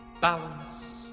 Balance